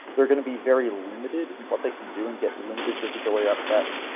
they're going to be very limited in what they can do and get limited visibility out of that.